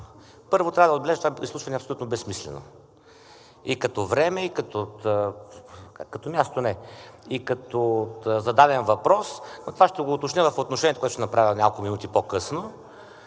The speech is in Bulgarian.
Първо, трябва да отбележа, че това изслушване е абсолютно безсмислено – и като време, като място – не, и като зададен въпрос, но това ще го уточня в отношението, което ще направя няколко минути по-късно.